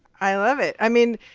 i love it. i mean,